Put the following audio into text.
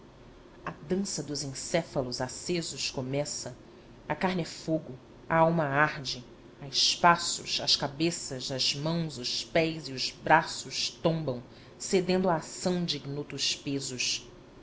a dança dos encéfalos acesos começa a carne é fogo a alma arde a espaços as cabeças as mãos os pés e os braços tombam cedendo à ação de ignotos pesos